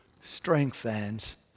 strengthens